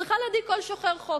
שצריכה להדאיג כל שוחר חוק,